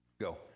Go